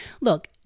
Look